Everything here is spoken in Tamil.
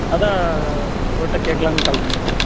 அதுதான் உங்கள்கிட்ட கேட்க்கலான்னு கால் பண்ணியிருந்தேங்க